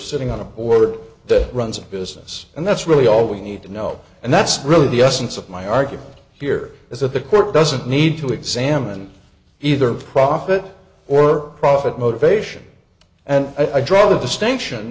sitting on a board that runs a business and that's really all we need to know and that's really the essence of my argument here is that the court doesn't need to examine either profit or profit motivation and i draw the distinction